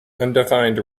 undefined